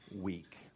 week